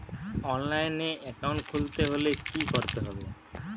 অনলাইনে একাউন্ট খুলতে হলে কি করতে হবে?